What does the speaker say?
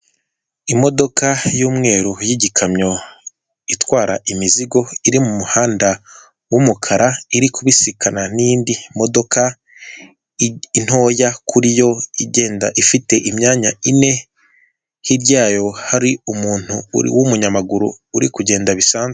Imodoka y'umweru y'ikamyo itwara imizigo iri mu muhanda w'umukara, iri kubisikana n'indi modoka ntoya kuri yo igenda ifite imyanya ine. Hirya yayo hari umuntu w'umunyamaguru uri kugenda bisanzwe.